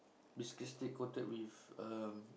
biscuit sticks coated with um